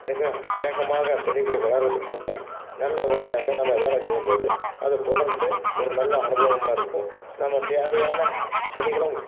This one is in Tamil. மிக வேகமாக செடிகள் வளர்வதற்கும் நல்லபடியாக நம்ம வேலை செய்யும்போது அது தொடர்ந்து ஒரு நல்ல அனுபவமாக இருக்கும் நம்ம தேவையான செடிகளும்